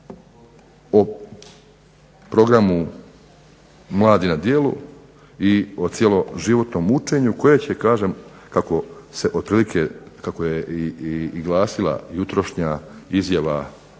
o Programu mladi na djelu i o cjeloživotnom učenju koje će kažem kako se otprilike, kako je i glasila jutrošnja izjava resornog